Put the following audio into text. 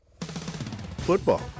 Football